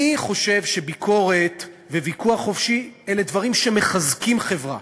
אני חושב שביקורת וויכוח חופשי אלה דברים שמחזקים חברה,